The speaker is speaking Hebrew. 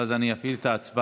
ואז אני אפעיל את ההצבעה.